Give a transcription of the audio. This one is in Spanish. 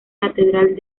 catedral